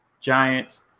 Giants